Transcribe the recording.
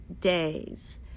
days